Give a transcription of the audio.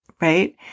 right